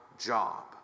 job